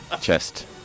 chest